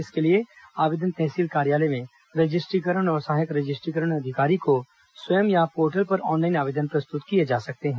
इसके लिए आवेदन तहसील कार्यालय में रजिस्ट्रीकरण और सहायक रजिस्ट्रीकरण अधिकारी को स्वयं या पोर्टल पर ऑनलाइन आवेदन प्रस्तुत किए जा सकते हैं